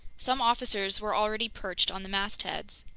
some officers were already perched on the mastheads.